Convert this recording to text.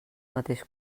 mateix